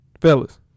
Fellas